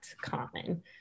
common